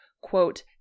quote